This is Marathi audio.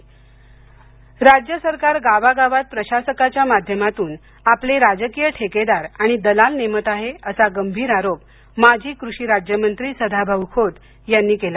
सदाभाऊ खोत राज्यसरकार गावागावात प्रशासकच्या माध्यमातून आपले राजकीय ठेकेदार आणि दलाल नेमत आहेत असा गंभीर आरोप माजी कृषी राज्यमंत्री सदाभाऊ खोत यांनी केला